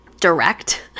direct